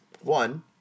One